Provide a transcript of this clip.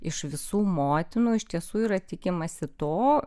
iš visų motinų iš tiesų yra tikimasi to